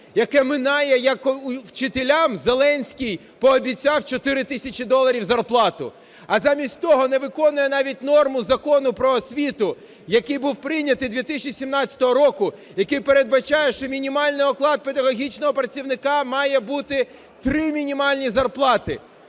яке минає, як вчителям Зеленський пообіцяв чотири тисячі доларів зарплату. А замість того не виконує навіть норму Закону "Про освіту", який був прийнятий 2017 року, який передбачає, що мінімальний оклад педагогічного працівника має бути три мінімальні зарплати.